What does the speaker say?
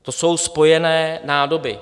To jsou spojené nádoby.